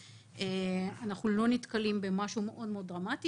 ואנחנו לא נתקלים במשהו דרמטי מאוד.